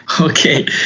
Okay